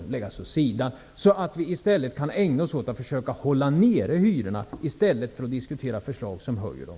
Det bör läggas åt sidan så att vi kan ägna oss åt att försöka hålla nere hyrorna i stället för att diskutera förslag som höjer dem.